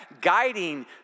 guiding